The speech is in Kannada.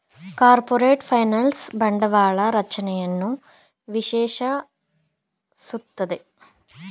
ಕಾರ್ಪೊರೇಟ್ ಫೈನಾನ್ಸ್ ಬಂಡವಾಳ ರಚನೆಯನ್ನು ವಿಶ್ಲೇಷಿಸುತ್ತದೆ